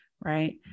right